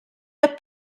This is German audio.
der